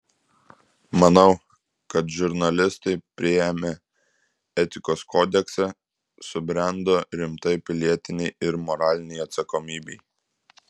manau kad žurnalistai priėmę etikos kodeksą subrendo rimtai pilietinei ir moralinei atsakomybei